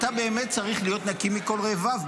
אתה באמת צריך להיות נקי מכל רבב,